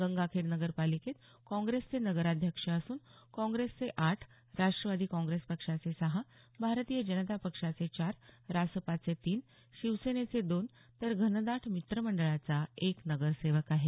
गंगाखेड नगरपालिकेत काँग्रेसचे नगराध्यक्ष असून काँग्रेसचे आठ राष्ट्रवादी काँग्रेस पक्षाचे सहा भारतीय जनता पक्षाचे चार रासपाचे तीन शिवसेनेचे दोन तर घनदाट मित्र मंडळाचा एक नगरसेवक आहे